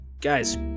guys